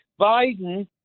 Biden